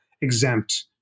exempt